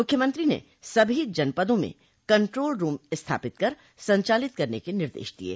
मूख्यमंत्री ने सभी जनपदों में कन्ट्रोल रूम स्थापित कर संचालित करने के निर्देश दिये